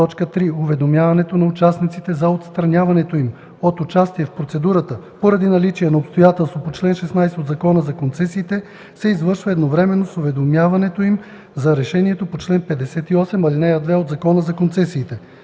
3. уведомяването на участниците за отстраняването им от участие в процедурата поради наличие на обстоятелство по чл. 16 от Закона за концесиите се извършва едновременно с уведомяването им за решението по чл. 58, ал. 2 от Закона за концесиите.